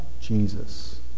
Jesus